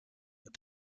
but